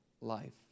life